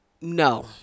no